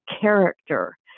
character